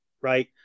right